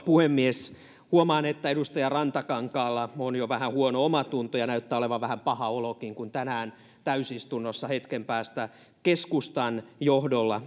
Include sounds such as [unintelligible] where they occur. puhemies huomaan että edustaja rantakankaalla on jo vähän huono omatunto ja näyttää olevan vähän paha olokin kun tänään täysistunnossa hetken päästä keskustan johdolla [unintelligible]